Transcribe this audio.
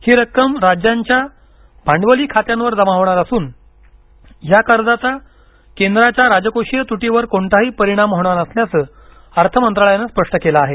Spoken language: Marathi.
ही रक्कम रराज्यांच्या भांडवली खात्यांवर जमा होणार असून या कर्जाचा केंद्राच्या राजकोषीय त्टीवर कोणताही परिणाम होणार नसल्याचं अर्थ मंत्रालयानं स्पष्ट केलं आहे